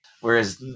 whereas